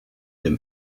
them